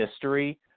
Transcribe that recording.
history